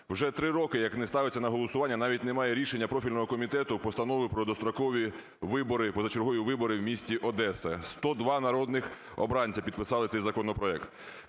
Вже три роки як не ставиться на голосування, навіть немає рішення профільного комітету Постанови про дострокові вибори, позачергові вибори в місті Одеса, 102 народних обранця підписали цей законопроект.